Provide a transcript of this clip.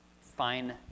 fine